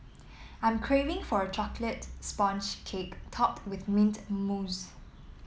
I'm craving for a chocolate sponge cake topped with mint mousse